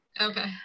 okay